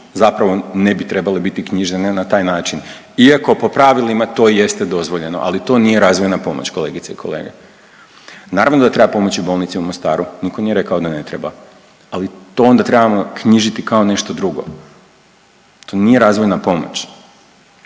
zapravo ne bi trebale biti knjižene na taj način iako po pravilima to jeste dozvoljeno, ali to nije razvojna pomoć kolegice i kolege. Naravno da treba pomoći bolnici u Mostaru, niko nije rekao da ne treba, ali to onda trebamo knjižiti kao nešto drugo, to nije razvojna pomoć.